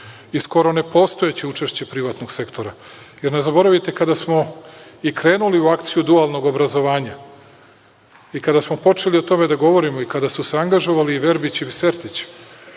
i skoro ne postojeće učešće privatnog sektora, jer ne zaboravite kada smo i krenuli u akciju dualnog obrazovanja i kada smo počeli o tome da govorimo i kada su se angažovali Verbić ili Sertić